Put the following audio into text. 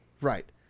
Right